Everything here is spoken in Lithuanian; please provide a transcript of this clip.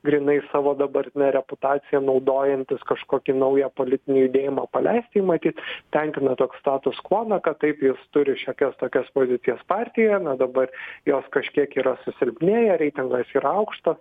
grynai savo dabartine reputacija naudojantis kažkokį naują politinį judėjimą paleisti jį matyt tenkina toks status quo na kad taip jis turi šiokias tokias pozicijos partijoje na dabar jos kažkiek yra susilpnėję reitingas yra aukšta